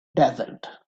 dazzled